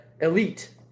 elite